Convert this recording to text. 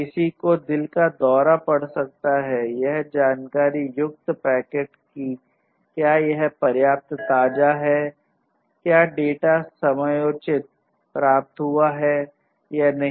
किसी को दिल का दौरा पड़ सकता है यह जानकारी युक्त पैकेट कि क्या यह पर्याप्त ताजा है क्या डेटा समयोचित प्राप्त हुआ है या नहीं